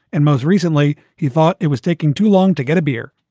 and most recently he thought it was taking too long to get a beer.